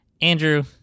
Andrew